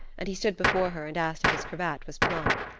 and he stood before her and asked if his cravat was plumb.